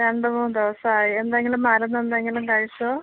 രണ്ട് മൂന്ന് ദിവസം ആയി എന്തെങ്കിലും മരുന്ന് എന്തെങ്കിലും കഴിച്ചോ